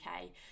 okay